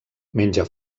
menja